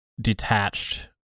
detached